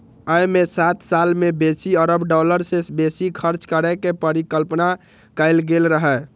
अय मे सात साल मे बीस अरब डॉलर सं बेसी खर्च करै के परिकल्पना कैल गेल रहै